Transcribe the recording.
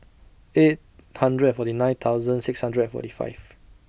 eight hundred and forty nine thousand six hundred and forty five